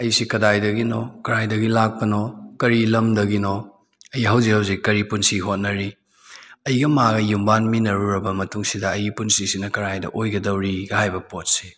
ꯑꯩꯁꯤ ꯀꯗꯥꯏꯗꯒꯤꯅꯣ ꯀꯗꯥꯏꯗꯒꯤ ꯂꯥꯛꯄꯅꯣ ꯀꯔꯤ ꯂꯝꯗꯒꯤꯅꯣ ꯑꯩ ꯍꯧꯖꯤꯛ ꯍꯧꯖꯤꯛ ꯀꯔꯤ ꯄꯨꯟꯁꯤ ꯍꯣꯠꯅꯔꯤ ꯑꯩꯒ ꯃꯥꯒ ꯌꯨꯝꯕꯥꯟ ꯃꯤꯅꯔꯨꯔꯕ ꯃꯇꯨꯡꯁꯤꯗ ꯑꯩꯒꯤ ꯄꯨꯟꯁꯤꯁꯤꯅ ꯀꯗꯥꯏꯗ ꯑꯣꯏꯒꯗꯧꯔꯤ ꯒꯥ ꯍꯥꯏꯕ ꯄꯣꯠꯁꯦ